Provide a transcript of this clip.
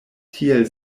tiel